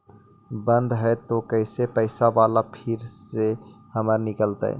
बन्द हैं त कैसे पैसा बाला फिर से हमर निकलतय?